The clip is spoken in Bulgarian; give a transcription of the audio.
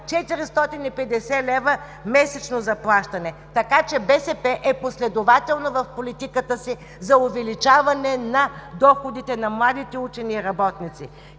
450 лв. месечно заплащане. Така че БСП е последователна в политиката си за увеличаване на доходите на младите учени и работници.